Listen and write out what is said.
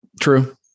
True